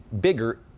bigger